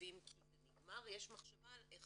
התקציבים כי זה נגמר" יש מחשבה על איך